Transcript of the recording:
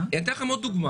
אני אתן לכם עוד דוגמה.